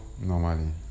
normally